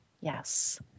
yes